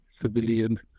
civilian